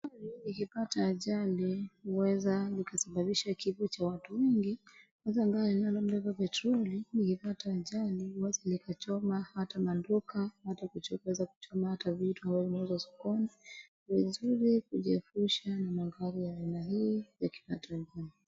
Gari likipata ajali uweza likasabambisha kifo cha watu wengi, kwa gari linalobeba petroli likipata ajali huweza likachoma ata maduka ata kuweza kuchoma ata vitu zinazouzwa sokoni. Ni vizuri kujiepeusha na magari ya aina hii yakipata ajali.